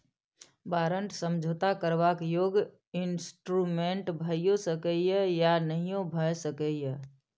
बारंट समझौता करबाक योग्य इंस्ट्रूमेंट भइयो सकै यै या नहियो भए सकै यै